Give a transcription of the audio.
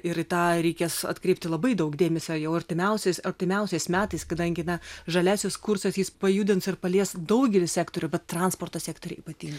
ir į tą reikės atkreipti labai daug dėmesio jau artimiausiais artimiausiais metais kadangi na žaliasis kursas jis pajudins ir palies daugelį sektorių bet transporto sektorių ypatingai